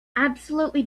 absolutely